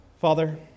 Father